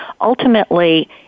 Ultimately